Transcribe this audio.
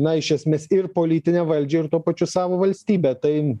na iš esmės ir politinę valdžią ir tuo pačiu savo valstybę tai